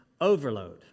overload